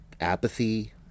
apathy